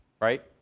right